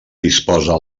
disposa